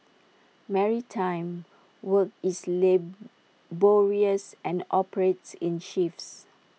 maritime work is laborious and operates in shifts